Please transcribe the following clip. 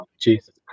Jesus